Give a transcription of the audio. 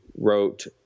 wrote